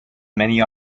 many